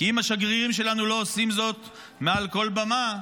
כי אם השגרירים שלנו לא עושים זאת מעל כל במה,